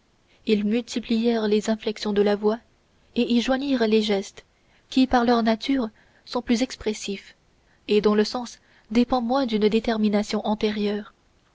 ils multiplièrent les inflexions de la voix et y joignirent les gestes qui par leur nature sont plus expressifs et dont le sens dépend moins d'une détermination antérieure